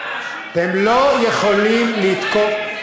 אתם לא יכולים לתקוף,